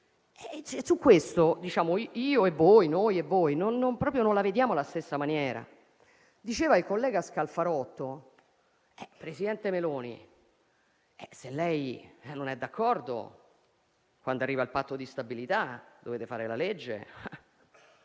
su questo punto noi e voi proprio non la vediamo alla stessa maniera. Diceva il collega Scalfarotto: presidente Meloni, se lei non è d'accordo, quando arriva il Patto di stabilità dovrete fare la legge